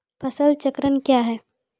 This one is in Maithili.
फसल चक्रण कया हैं?